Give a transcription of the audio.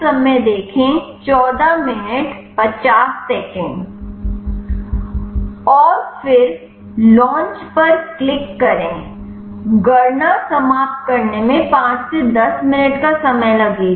और फिर लॉन्च पर क्लिक करें गणना समाप्त करने में 5 से 10 मिनट का समय लगेगा